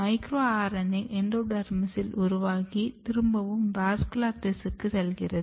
micro RNA என்டோடெர்மிஸில் உருவாகி திரும்பவும் வாஸ்குலர் திசுக்கு செல்கிறது